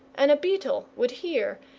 and a beetle would hear,